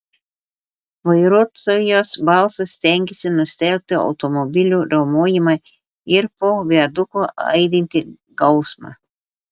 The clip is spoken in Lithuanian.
vairuotojos balsas stengėsi nustelbti automobilių riaumojimą ir po viaduku aidintį gausmą